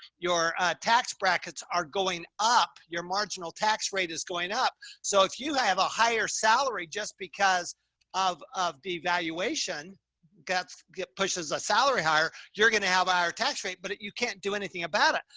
your tax brackets are going up. your marginal tax rate is going up. so if you have a higher salary, just because of, of devaluation guts, get pushes a salary higher, you're going to have a higher tax rate, but you can't do anything about it.